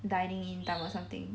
dining in time or something